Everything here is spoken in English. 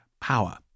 power